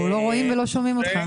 ולא רק זה,